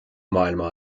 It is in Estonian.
maailma